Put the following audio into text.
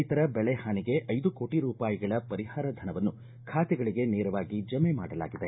ರೈತರ ಬೆಳೆ ಹಾನಿಗೆ ಐದು ಕೋಟ ರೂಪಾಯಿಗಳ ಪರಿಹಾರ ಧನವನ್ನು ಖಾತೆಗಳಿಗೆ ನೇರವಾಗಿ ಜಮೆ ಮಾಡಲಾಗಿದೆ